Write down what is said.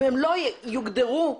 אם הם לא יוגדרו מלמעלה,